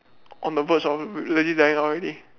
on the verge of legit dying out already